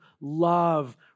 love